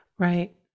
Right